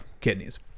kidneys